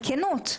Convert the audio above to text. בכנות,